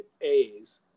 A's